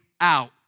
out